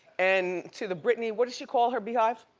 and to the britney, what does she call her beehive?